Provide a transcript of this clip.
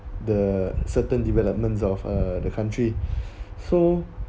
the certain developments of uh the country so